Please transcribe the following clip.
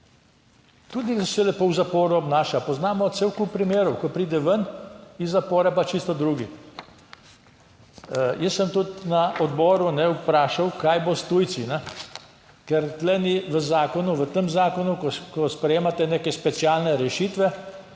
Tudi se lepo v zaporu obnaša. Poznamo cel kup primerov, ko pride ven iz zapora, pa čisto drugi. Jaz sem tudi na odboru vprašal, kaj bo s tujci, ker tu ni v zakonu, v tem zakonu, ko sprejemate neke specialne rešitve